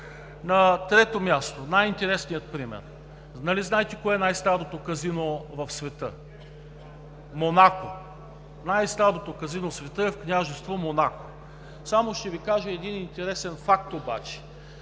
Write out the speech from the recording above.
На трето място, най-интересният пример. Нали знаете къде е най-старото казино в света? В Монако. Най-старото казино в света е в Княжество Монако. Обаче ще Ви кажа един интересен факт, че